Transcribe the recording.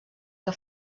que